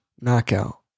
knockout